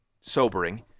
sobering